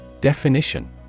Definition